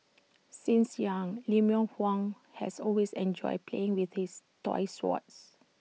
since young Lemuel Huang has always enjoyed playing with his toy swords